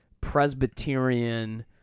Presbyterian